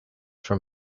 from